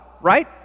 Right